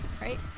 Right